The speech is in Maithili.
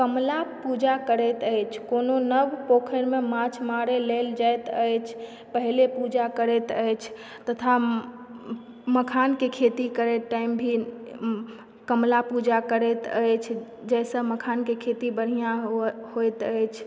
कमला पूजा करैत अछि कोनो नव पोखरिमे माछ मारय लेल जाइत अछि पहिले पूजा करैत अछि तथा मखानके खेती करय टाइम भी कमला पूजा करैत अछि जाहिसँ मखानक खेती बढ़िआँ होइत अछि